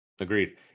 Agreed